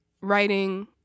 writing